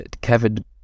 kevin